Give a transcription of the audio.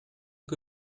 que